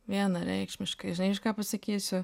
vienareikšmiškai žinai aš ką pasakysiu